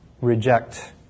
reject